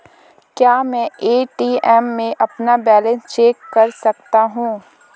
क्या मैं ए.टी.एम में अपना बैलेंस चेक कर सकता हूँ?